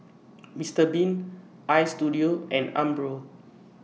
Mister Bean Istudio and Umbro